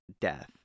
death